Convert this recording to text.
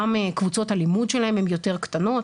גם קבוצות הלימודים שלהם הן יותר קטנות,